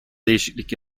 değişiklik